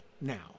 now